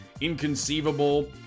Inconceivable